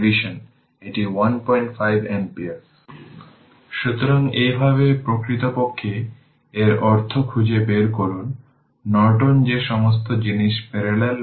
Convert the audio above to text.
সুতরাং মূলত আমরা যেভাবে লুপ নিয়েছি তা হল i i1 বা i1 i